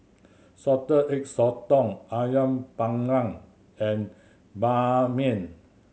Salted Egg Sotong Ayam Panggang and mian